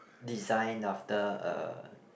designed after a